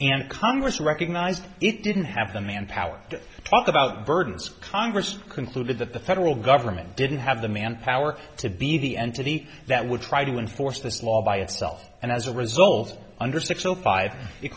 and congress recognized it didn't have the manpower to talk about burdens congress concluded that the federal government didn't have the manpower to be the entity that would try to enforce this law by itself and as a result under six zero five